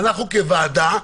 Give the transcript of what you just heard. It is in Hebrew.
אנחנו כוועדה,